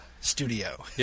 Studio